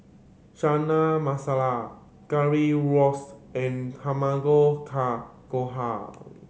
Chana Masala Currywurst and Tamago Kake Gohan